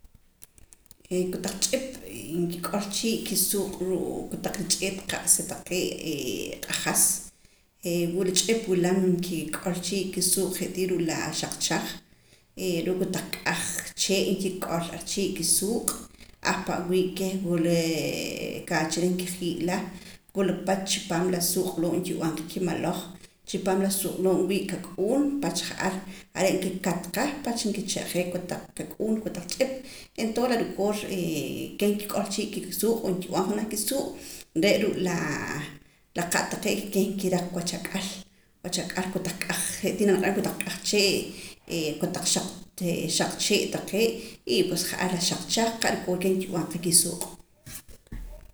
Kotaq ch'ip nkik'ol chii' kisuuq' ruu' kotaq rich'eet qa'sa taqee' q'ajas wula ch'ip wulam nkik'ol chii' kisuuq' je' tii ruu' la xaq chaj ruu' kotaq k'aj chee' nkik'ol ar chii' kisuuq' ahpa' wii' keh wula kaacha reh nkijii'la wula pach chi paam la suuq' loo' nkib'an qa kimaloj chi paam la suuq' loo' nwii' kak'uun pach ja'ar are' nkikat qa pach nkicha'jee kotaq kak'uun kotaq ch'ip entoon la rikoor keh nkik'ol chii la kisuuq' o nkib'an junaj kisuuq' re' ruu' la qa' taqee' ke keh nkiraq wach ak'al wach ak'al kotaq k'aj je' tii naak niq'aram kotaj k'aj chee' kotaq xaq chee' taqee' y pues ja'ar la xaq chaj qa' rukoor keh nkob'an qa kisuuq'